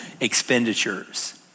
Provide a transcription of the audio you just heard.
expenditures